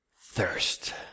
thirst